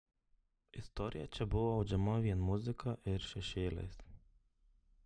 istorija čia buvo audžiama vien muzika ir šešėliais